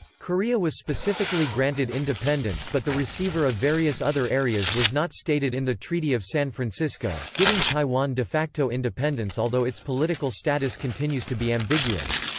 korea was specifically granted independence but the receiver of various other areas was not stated in the treaty of san francisco, giving taiwan de facto independence although its political status continues to be ambiguous.